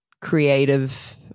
creative